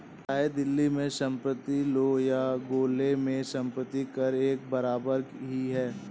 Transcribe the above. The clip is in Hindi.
चाहे दिल्ली में संपत्ति लो या गोला में संपत्ति कर एक बराबर ही है